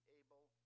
able